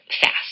fast